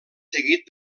seguit